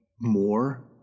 more